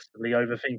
overthinking